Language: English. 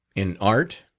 in art,